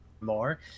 more